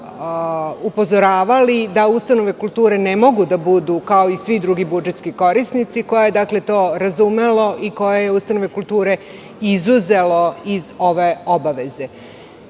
upozoravali da ustanove kulture ne mogu da budu kao i svi drugi budžetski korisnici, koje je to razumelo i koje je ustanove kulture izuzelo iz ove obaveze.Zašto